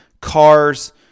cars